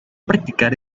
participar